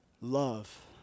love